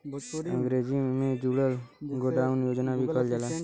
अंग्रेजी में rural godown योजना भी कहल जाला